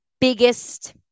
biggest